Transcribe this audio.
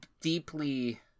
deeply